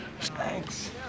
Thanks